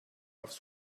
aufs